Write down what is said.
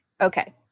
Okay